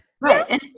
right